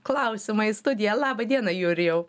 klausimą į studiją laba diena jurijau